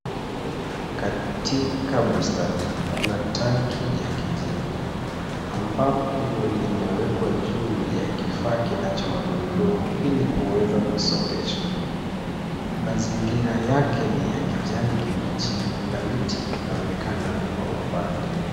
Katika bustani kuna tanki la kijivu ambalo limewekwa juu ya kifaa chenye magurudumu ili kuweza kusongeshwa. Mazingira yake ni ya kijani kibichi na miti inaonekana kwa umbali.